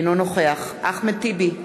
אינו נוכח אחמד טיבי,